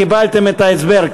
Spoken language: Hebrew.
קיבלתם את ההסבר.